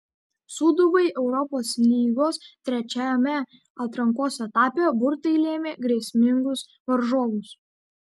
sūduvai europos lygos trečiame atrankos etape burtai lėmė grėsmingus varžovus